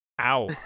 Ow